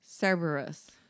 Cerberus